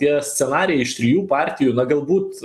tie scenarijai iš trijų partijų na galbūt